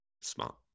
Smart